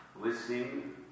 listening